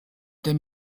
der